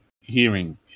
hearing